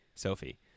sophie